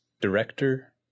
director